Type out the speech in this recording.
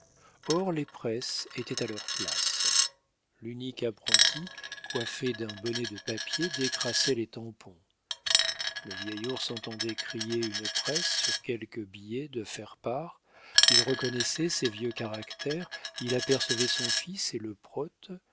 or les presses étaient à leurs places l'unique apprenti coiffé d'un bonnet de papier décrassait les tampons le vieil ours entendait crier une presse sur quelque billet de faire part il reconnaissait ses vieux caractères il apercevait son fils et le prote